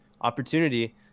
opportunity